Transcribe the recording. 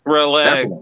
relax